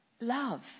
Love